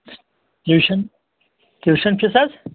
tuition tuition fees حظ